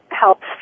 helps